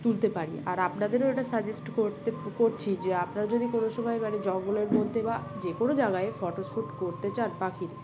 তুলতে পারি আর আপনাদেরও এটা সাজেস্ট করতে করছি যে আপনারা যদি কোনো সময় মানে জঙ্গলের মধ্যে বা যে কোনো জায়গায় ফটোশ্যুট করতে চান পাখির